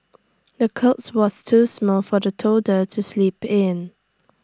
the cots was too small for the toddler to sleep in